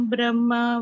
Brahma